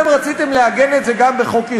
אתם רציתם לעגן את זה גם בחוק-יסוד,